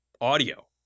audio